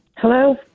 Hello